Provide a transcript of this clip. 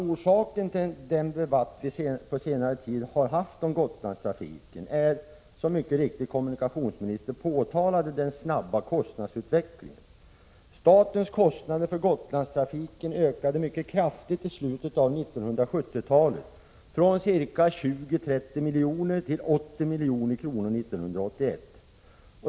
Orsaken till den debatt om Gotlandstrafiken som har förts på senare tid är, som kommunikationsministern mycket riktigt påpekade, den snabba kostnadsutvecklingen. Statens kostnader för Gotlandstrafiken ökade mycket kraftigt i slutet av 1970-talet, från ca 20-30 till 80 milj.kr. 1981.